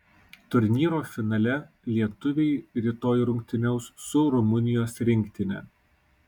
turnyro finale lietuviai rytoj rungtyniaus su rumunijos rinktine